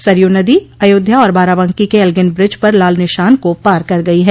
सरयू नदी अयोध्या और बाराबंकी के एल्गिन ब्रिज पर लाल निशान को पार कर गयी है